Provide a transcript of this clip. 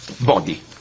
body